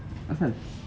asal